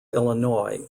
illinois